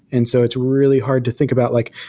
and so it's really hard to think about like,